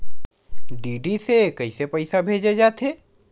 DD से कइसे पईसा भेजे जाथे?